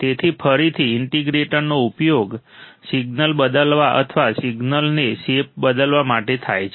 તેથી ફરીથી ઇન્ટિગ્રેટરનો ઉપયોગ સિગ્નલ બદલવા અથવા સિગ્નલનો શેપ બદલવા માટે પણ થાય છે